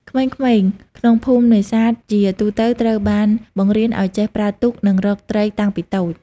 ក្មេងៗក្នុងភូមិនេសាទជាទូទៅត្រូវបានបង្រៀនឱ្យចេះ ប្រើទូក និងរកត្រីតាំងពីតូច។